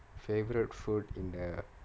favourite food in the